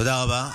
תודה רבה.